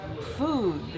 food